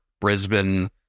Brisbane